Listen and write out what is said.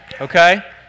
Okay